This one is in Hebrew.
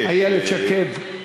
יש יש, איילת שקד.